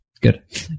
Good